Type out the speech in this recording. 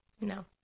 No